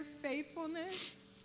faithfulness